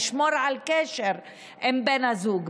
לשמור על קשר עם בן הזוג.